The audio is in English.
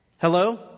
Hello